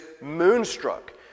moonstruck